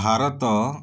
Bharat